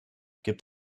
gibt